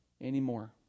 Anymore